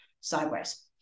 sideways